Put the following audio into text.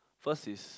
first is